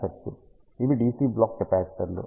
ఇవి DC block కెపాసిటర్లు